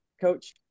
coach